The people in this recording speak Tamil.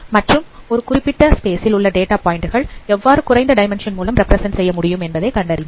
மற்றும் ஒரு குறிப்பிட்ட ஸ்பேஸ் ல் உள்ள டேட்டா பாயிண்டுகள் எவ்வாறு குறைந்த டைமென்ஷன் மூலம் ரெப்பிரசன்ட் செய்ய முடியும் என்பதை கண்டறிந்தோம்